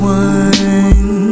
one